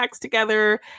together